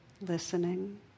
listening